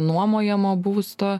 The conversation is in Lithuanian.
nuomojamo būsto